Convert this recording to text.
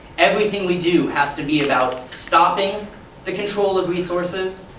everything we do has to be about stopping the control of resources,